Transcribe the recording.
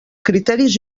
criteris